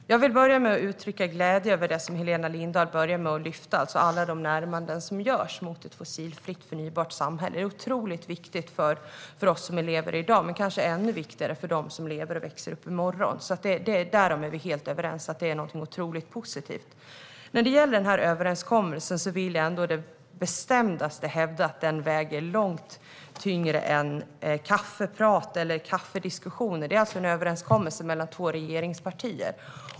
Herr talman! Jag vill börja med att uttrycka glädje över det som Helena Lindahl började med att lyfta fram - alla de närmanden som görs mot ett fossilfritt och förnybart samhälle. Det är otroligt viktigt för oss som lever i dag, men det är kanske ännu viktigare för dem som lever och växer upp i morgon. Vi är helt överens om att det är någonting otroligt positivt. När det gäller denna överenskommelse vill jag ändå bestämt hävda att den väger långt tyngre än några kaffediskussioner. Det är alltså en överenskommelse mellan två regeringspartier.